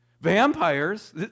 Vampires